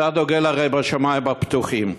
אתה דוגל הרי בשמים הפתוחים.